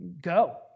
Go